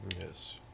Yes